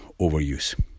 overuse